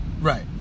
Right